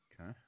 Okay